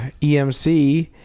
EMC